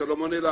הסלמונלה,